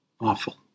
awful